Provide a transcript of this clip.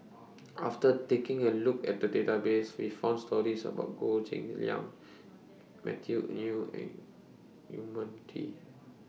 after taking A Look At The Database We found stories about Goh Cheng Liang Matthew New and Yong Mun Chee